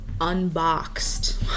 unboxed